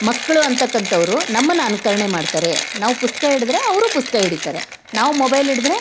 ಮಕ್ಕಳು ಅಂತಕ್ಕಂಥವರು ನಮ್ಮನ್ನು ಅನುಕರ್ಣೆ ಮಾಡ್ತಾರೆ ನಾವು ಪುಸ್ತಕ ಹಿಡಿದ್ರೆ ಅವರೂ ಪುಸ್ತಕ ಹಿಡೀತಾರೆ ನಾವು ಮೊಬೈಲ್ ಹಿಡಿದ್ರೆ